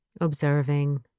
observing